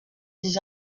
dix